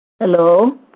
Hello